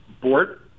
board